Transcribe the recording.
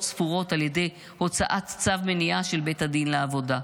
ספורות על ידי הוצאת צו מניעה של בית הדין לעבודה.